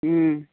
ওম